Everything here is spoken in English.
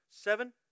seven